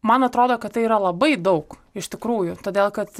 man atrodo kad tai yra labai daug iš tikrųjų todėl kad